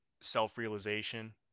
self-realization